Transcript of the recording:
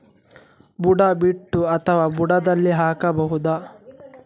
ಬುಡ ಬಿಟ್ಟು ಅಥವಾ ಬುಡದಲ್ಲಿ ಹಾಕಬಹುದಾ?